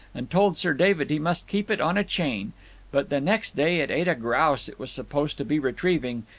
and told sir david he must keep it on a chain but the next day it ate a grouse it was supposed to be retrieving,